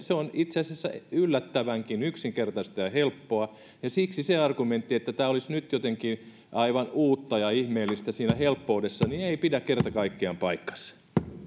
se on itse asiassa yllättävänkin yksinkertaista ja helppoa ja siksi se argumentti että tämä olisi nyt jotenkin aivan uutta ja ihmeellistä siinä helppoudessaan ei pidä kerta kaikkiaan paikkansa